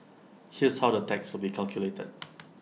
here's how the tax will be calculated